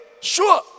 Sure